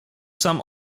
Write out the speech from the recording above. sam